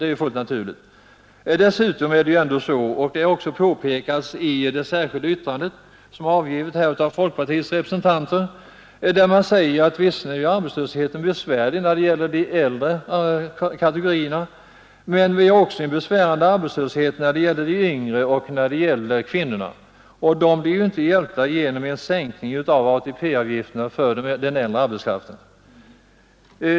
Dessutom är det så — det har också påpekats i det särskilda yttrande som avgivits av folkpartiets representanter — att arbetslösheten är besvärande inom de äldre kategorierna, men vi har också en besvärande arbetslöshet när det gäller de yngre och kvinnorna. De blir inte hjälpta genom sänkning av ATP-avgiften för den äldre arbetskraften.